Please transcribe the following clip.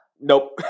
Nope